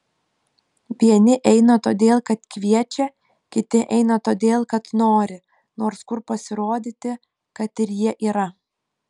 vieni eina todėl kad kviečia kiti eina todėl kad nori nors kur pasirodyti kad jie yra